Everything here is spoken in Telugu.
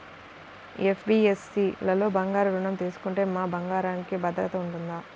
ఎన్.బీ.ఎఫ్.సి లలో బంగారు ఋణం తీసుకుంటే మా బంగారంకి భద్రత ఉంటుందా?